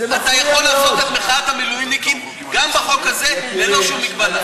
אתה יכול לעשות את מחאת המילואימניקים גם בחוק הזה ללא שום מגבלה.